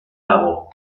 lago